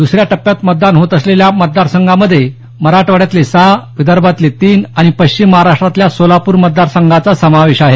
दुसऱ्या टप्प्यात मतदान होत असलेल्या मतदारसंघात मराठवाड्यातले सहा विदर्भातले तीन आणि पश्चिम महाराष्ट्रातल्या सोलापूर मतदारसंघाचा समावेश आहे